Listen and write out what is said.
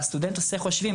והסטודנט עושה חושבים,